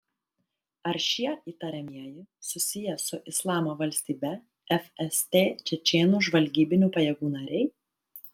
ar šie įtariamieji susiję su islamo valstybe fst čečėnų žvalgybinių pajėgų nariai